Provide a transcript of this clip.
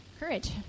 courage